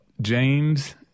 James